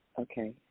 okay